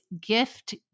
gift